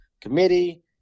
committee